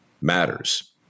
matters